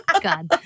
God